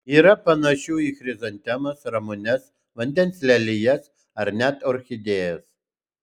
yra panašių į chrizantemas ramunes vandens lelijas ar net orchidėjas